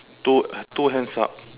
two two hands up